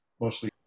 Mostly